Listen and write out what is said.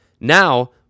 Now